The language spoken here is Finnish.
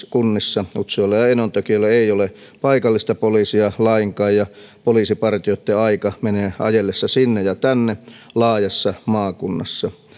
kunnissa esimerkiksi utsjoella ja enontekiöllä ei ole paikallista poliisia lainkaan ja poliisipartioitten aika menee ajellessa sinne ja tänne laajassa maakunnassa